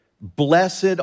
blessed